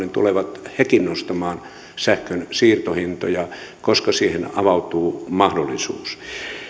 tulevat nekin nostamaan sähkön siirtohintoja koska siihen avautuu mahdollisuus